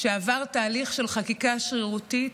שעבר תהליך של חקיקה שרירותית,